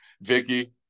Vicky